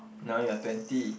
now you're twenty